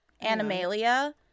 Animalia